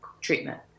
treatment